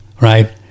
right